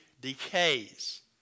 decays